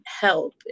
help